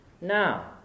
Now